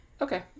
Okay